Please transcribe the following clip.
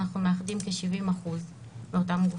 אנחנו מאחדים כ-70 אחוזים מאותם גופים.